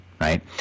Right